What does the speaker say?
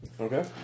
Okay